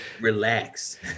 Relax